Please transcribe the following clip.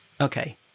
Okay